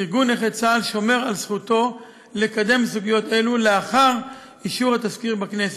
ארגון נכי צה"ל שומר על זכותו לקדם סוגיות אלו לאחר אישור התזכיר בכנסת.